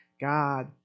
God